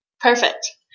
Perfect